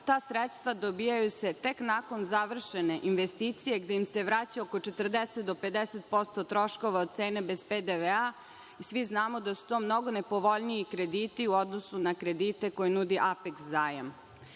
ta sredstva dobijaju se tek nakon završene investicije gde im se vraća oko 40 do 50% troškova od cene bez PDV-a. Svi znamo da su to najpovoljniji krediti u odnosu na kredite koje nudi „Apeks